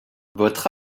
votre